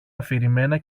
αφηρημένα